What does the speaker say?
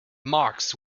marx